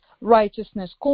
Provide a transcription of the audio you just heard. righteousness